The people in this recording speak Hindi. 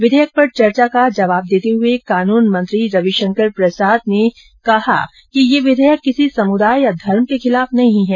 विधेयक पर चर्चा का जवाब देते हुए कानून मंत्री रविशंकर प्रसाद ने कहा कि ये विधेयक किसी समुदाय या धर्म के खिलाफ नहीं है